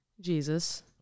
Jesus